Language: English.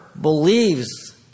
believes